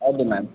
ಹೌದು ಮ್ಯಾಮ್